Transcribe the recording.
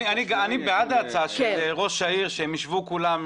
אני בעד ההצעה של ראש העיר שהם ישבו כולם,